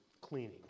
cleaning